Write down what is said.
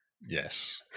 Yes